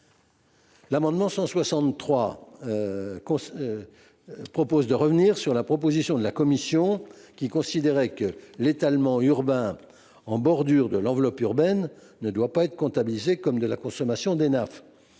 L’amendement n° 163 vise à revenir sur la proposition de la commission, selon laquelle l’étalement urbain en bordure de l’enveloppe urbaine ne doit pas être comptabilisé comme une consommation d’Enaf.